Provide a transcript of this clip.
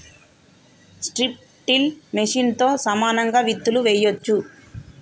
strip till మెషిన్తో సమానంగా విత్తులు వేయొచ్చు